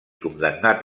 condemnat